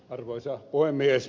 arvoisa puhemies